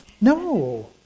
No